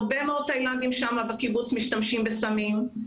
הרבה מאוד תאילנדים שם בקיבוץ משתמשים בסמים.